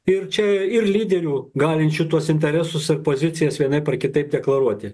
ir čia ir lyderių galinčių tuos interesus ar pozicijas vienaip ar kitaip deklaruoti